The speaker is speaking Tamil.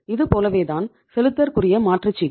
இது போலவேதான் செலுத்தற்குரிய மாற்றுச்சீட்டு